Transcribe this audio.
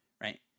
right